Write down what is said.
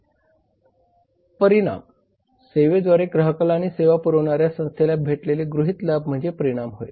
परिणाम सेवेद्वारे ग्राहकाला आणि सेवा पुरवणाऱ्या संस्थेला भेटलेले गृहीत लाभ म्हणजे परिणाम होय